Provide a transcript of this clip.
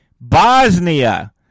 Bosnia